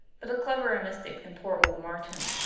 but a cleverer mystic than poor old martin.